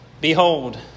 Behold